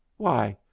why,